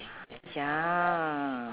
ya